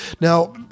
Now